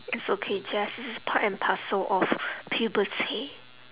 it's okay jace this is part and parcel of puberty